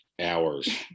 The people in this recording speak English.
hours